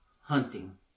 hunting